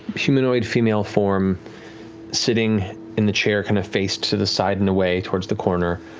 humanoid female form sitting in the chair, kind of faced to the side and away towards the corner,